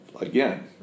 again